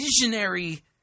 visionary